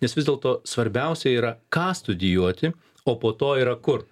nes vis dėlto svarbiausia yra ką studijuoti o po to yra kur